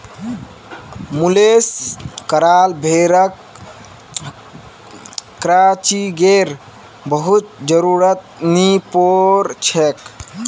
मुलेस कराल भेड़क क्रचिंगेर बहुत जरुरत नी पोर छेक